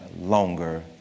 longer